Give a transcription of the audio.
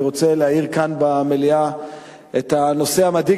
אני רוצה להאיר כאן במליאה את הנושא המדאיג